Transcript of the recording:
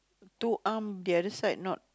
to um the other side not